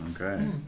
okay